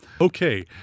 Okay